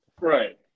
Right